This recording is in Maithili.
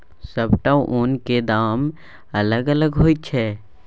सबटा ओनक दाम अलग अलग होइ छै